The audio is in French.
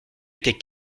étaient